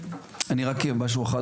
אני רק משהו אחד,